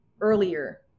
earlier